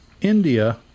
India